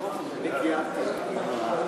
מקומיות).